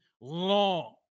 long